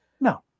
No